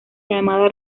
llamada